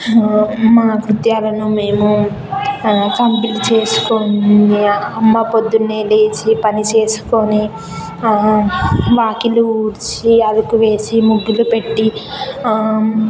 మా కృత్యాలను మేము కంప్లీట్ చేసుకొని అమ్మ పొద్దునే లేచి పని చేస్కోని వాకిలి ఊడ్చి అలుకు వేసి ముగ్గులు పెట్టి